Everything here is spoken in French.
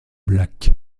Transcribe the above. black